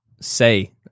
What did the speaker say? say